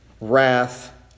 wrath